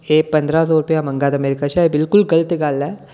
एह् पंदरां सौ रपे मंगा दा मेरे कशा एह् बिलकुल गलत गल्ल ऐ